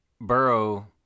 burrow